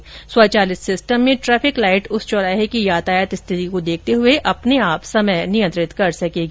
उन्होंने बताया कि स्वचालित सिस्टम में ट्रैफिक लाइट उस चौराहे की यातायात स्थिति को देखते हुए अपने आप समय नियंत्रित कर सकेगी